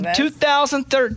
2013